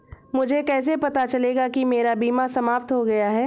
मुझे कैसे पता चलेगा कि मेरा बीमा समाप्त हो गया है?